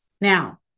Now